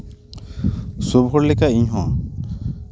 ᱥᱚᱵ ᱦᱚᱲ ᱞᱮᱠᱟ ᱤᱧᱦᱚᱸ